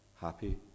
happy